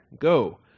go